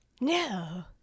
no